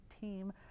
team